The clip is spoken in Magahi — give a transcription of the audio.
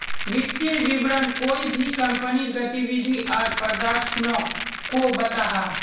वित्तिय विवरण कोए भी कंपनीर गतिविधि आर प्रदर्शनोक को बताहा